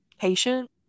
patient